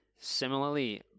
Similarly